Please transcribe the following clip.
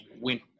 Win